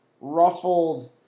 ruffled